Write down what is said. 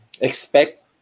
Expect